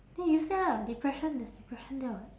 then use that lah depression is depression there what